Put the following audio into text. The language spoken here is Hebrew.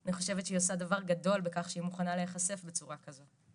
אני חושבת שהיא עושה דבר גדול בכך שהיא מוכנה להיחשף בצורה כזאת.